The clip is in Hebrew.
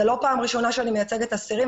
זאת לא פעם ראשונה שאני מייצגת אסירים.